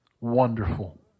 wonderful